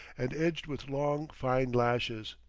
and edged with long, fine lashes.